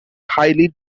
highly